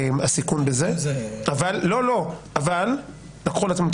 הסיכון של מי שקיבל את